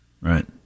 Right